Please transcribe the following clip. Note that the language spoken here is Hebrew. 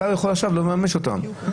השר יכול עכשיו לממש אותן,